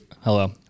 Hello